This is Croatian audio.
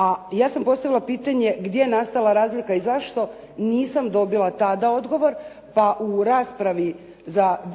a ja sam postavila pitanje gdje je nastala razlika i zašto, nisam dobila tada odgovor pa u raspravi